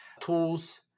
tools